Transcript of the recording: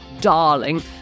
darling